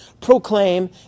proclaim